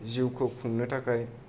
जिउखौ खुंनो थाखाय